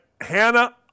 Hannah